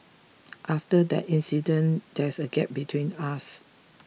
after that incident there's a gap between us